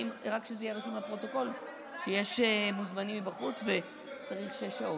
רק שיהיה רשום בפרוטוקול שיש מוזמנים מבחוץ וצריך שש שעות.